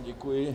Děkuji.